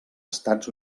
estats